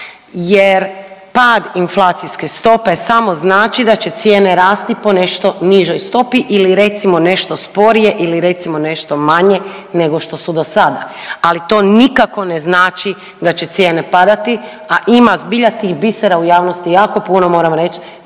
jer pad inflacijske stope samo znači da će cijene rasti po nešto nižoj stopi ili recimo nešto sporije ili recimo nešto manje nego što su do sada. Ali to nikako ne znači da će cijene padati, a ima zbilja tih bisera u javnosti jako puno moram reći